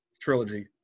trilogy